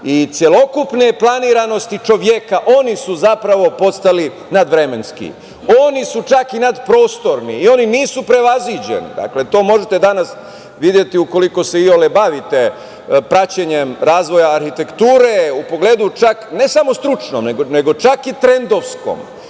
i celokupne planiranosti čoveka, oni su zapravo postali nadvremenski, oni su čak i nadprostorni i oni nisu prevaziđeni. Dakle, to možete danas videti ukoliko se iole bavite praćenjem razvoja arhitekture u pogledu čak ne samo stručno, nego čak i trendovskom,